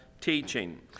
teaching